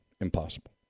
impossible